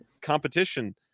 competition